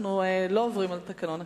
אנחנו לא עוברים על תקנון הכנסת.